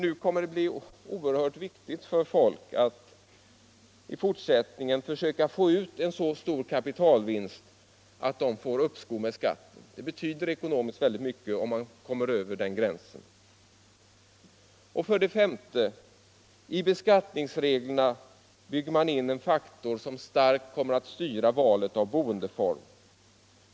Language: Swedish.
Nu kommer det att bli oerhört viktigt för folk att i fortsättninen söka ta ut så stor kapitalvinst att de får uppskov med skatten. Ekonomiskt sett betyder det oerhört mycket att komma över den gränsen. För det femte bygger man i skattereglerna in en faktor som starkt kommer att styra valet av boendeform.